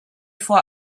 vor